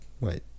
Wait